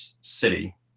city